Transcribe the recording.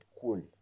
cool